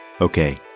Okay